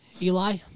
Eli